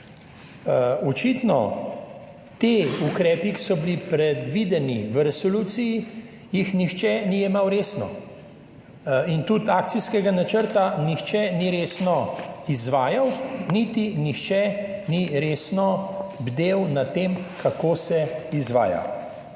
Očitno ti ukrepi, ki so bili predvideni v resoluciji, jih nihče ni jemal resno in tudi akcijskega načrta nihče ni resno izvajal, niti nihče ni resno bdel nad tem kako se izvaja.